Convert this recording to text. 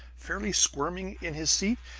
fairly squirming in his seat.